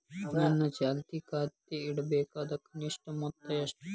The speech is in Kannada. ನನ್ನ ಚಾಲ್ತಿ ಖಾತೆಯಲ್ಲಿಡಬೇಕಾದ ಕನಿಷ್ಟ ಮೊತ್ತ ಎಷ್ಟು?